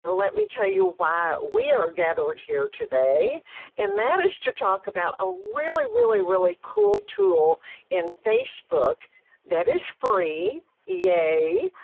let me tell you why we are gathered here today and that is to talk about a really, really really cool tool in facebook that is free yay!